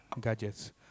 gadgets